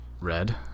Red